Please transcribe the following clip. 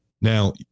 Now